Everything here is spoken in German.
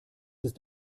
ist